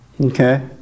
Okay